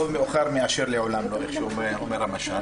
טוב מאוחר מאשר לעולם לא, כפי שאומר המשל.